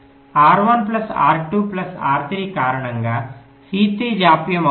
R1 plus R2 plus R3 కారణంగా C3 జాప్యం అవుతుంది